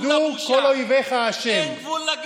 שלמה קרעי (הליכוד): "כן יאבדו כל אויביך ה'." אין גבול לבושה.